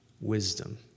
wisdom